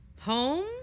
Home